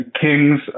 Kings